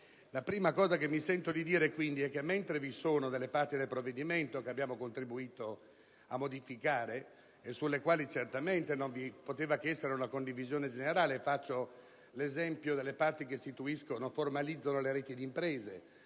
aspetto che vorrei sottolineare quindi è che, mentre vi sono delle parti del provvedimento che abbiamo contribuito a modificare e sulle quali certamente non vi poteva che essere una condivisione generale (faccio l'esempio delle parti che istituiscono e formalizzano le reti di imprese,